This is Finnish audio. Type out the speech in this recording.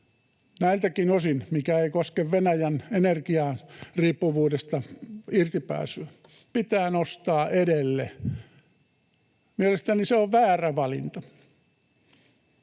näiltäkin osin, mikä ei koske Venäjän energiariippuvuudesta irtipääsyä, pitää nostaa edelle? Mielestäni se on väärä valinta.